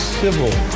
civil